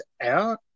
out